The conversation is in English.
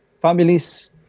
families